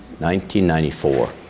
1994